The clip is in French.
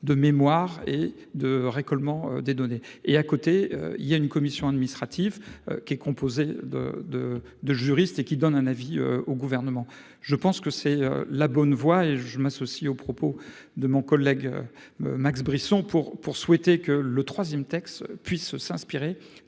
de mémoire et de récolement des données et à côté il y a une commission administrative qui est composé de de de juriste et qui donne un avis au gouvernement, je pense que c'est la bonne voie et je m'associe aux propos de mon collègue. Max Brisson pour pour souhaiter que le 3ème texte puisse s'inspirer